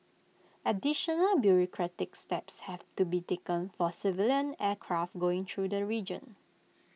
additional bureaucratic steps have to be taken for civilian aircraft going through the region